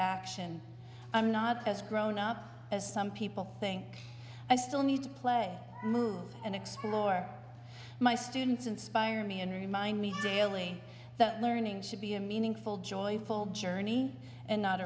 action i'm not as grown up as some people think i still need to play move and explore my students inspire me and remind me that learning should be a meaningful joyful journey and not